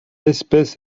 espèce